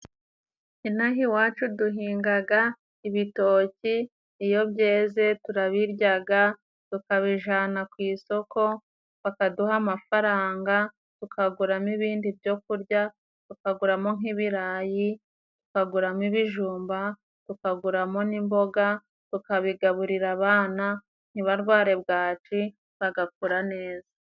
Inaha iwacu duhingaga ibitoki. Iyo byeze turabiryaga, tukabijana ku isoko, bakaduha amafaranga, tukaguramo ibindi byokurya, tukaguramo nk'ibirayi, tukaguramo ibijumba, tukaguramo n'imboga, tukabigaburira abana ntibarware bwaki bagakura neza.